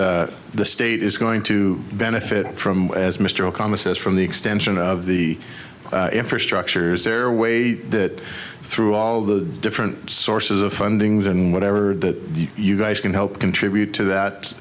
the state is going to benefit from as mr okama says from the extension of the infrastructures there way that through all the different sources of funding then whatever that you guys can help contribute to that